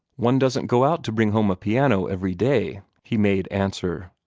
one doesn't go out to bring home a piano every day, he made answer.